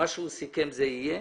מה שהוא סיכם, זה יהיה.